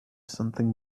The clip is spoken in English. something